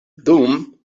dum